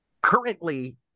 Currently